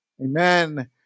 amen